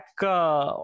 back